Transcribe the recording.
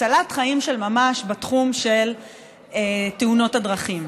הצלת חיים של ממש בתחום של תאונות הדרכים.